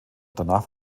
danach